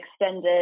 extended